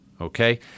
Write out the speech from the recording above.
okay